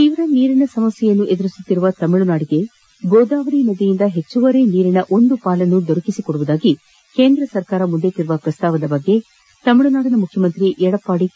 ತೀವ್ರ ನೀರಿನ ಸಮಸ್ಯೆ ಎದುರಿಸುತ್ತಿರುವ ತಮಿಳುನಾಡಿಗೆ ಗೋದಾವರಿ ನದಿಯಿಂದ ಹೆಚ್ಚುವರಿ ನೀರಿನ ಒಂದು ಪಾಲನ್ನು ದೊರಕಿಸುವುದಾಗಿ ಕೇಂದ್ರ ಸರ್ಕಾರ ಮುಂದಿಟ್ಟಿರುವ ಪ್ರಸ್ತಾವದ ಬಗ್ಗೆ ಆ ರಾಜ್ಯದ ಮುಖ್ಯಮಂತ್ರಿ ಯಡಪ್ಪಾದಿ ಕೆ